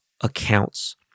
accounts